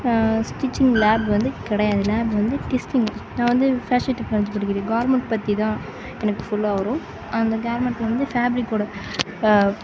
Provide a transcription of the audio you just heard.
stitching lab வந்து கிடையாது lab வந்து டெஸ்ட்டிங் நான் வந்து ஃபேஷன் டெக்னாலஜி படிக்கிறது கார்மெண்ட் பற்றிதான் எனக்கு ஃபுல்லாக வரும் அந்த கார்மெண்ட்டில் வந்து ஃபேப்ரிக்கோட